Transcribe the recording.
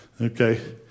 Okay